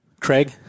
Craig